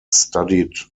studied